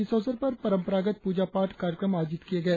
इस अवसर पर परंपरागत पूजा पाठ कार्यक्रम आयोजित किए गए